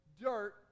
Dirt